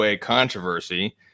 controversy